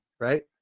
right